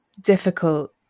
difficult